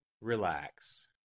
relax